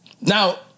Now